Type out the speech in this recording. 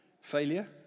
failure